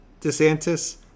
DeSantis